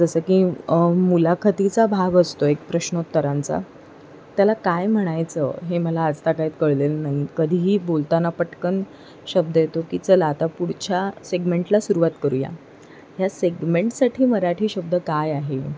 जसं की मुलाखतीचा भाग असतो एक प्रश्नोत्तरांचा त्याला काय म्हणायचं हे मला आजतागायत कळलेलं नाही कधी ही बोलताना पटकन शब्द येतो की चला आता पुढच्या सेगमेंटला सुरुवात करूया ह्या सेगमेंटसाठी मराठी शब्द काय आहे